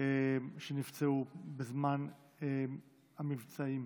שנפצעו בזמן המבצעים.